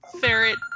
ferret